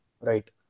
Right